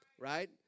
right